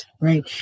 right